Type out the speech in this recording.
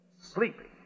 Sleeping